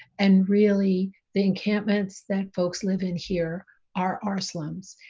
and really the encampments that folks live in here are are slums,